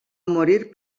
morir